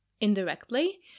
indirectly